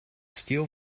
steel